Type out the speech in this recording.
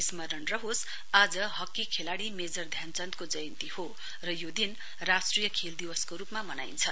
स्मरण रहोस आज हकी खेलाड़ी मेजर ध्यानचन्दको जयन्ती हो र यो दिन राष्ट्रिय खेल दिवसको रुपमा मनाइन्छ